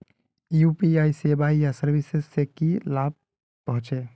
UPI सेवाएँ या services से की लाभ होचे?